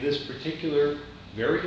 this particular very